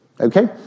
Okay